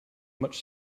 much